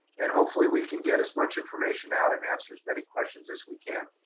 and hopefully we can get as much information out and answer as many questions as we can.